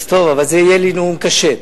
אז טוב, אבל זה יהיה לי נאום קשה.